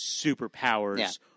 superpowers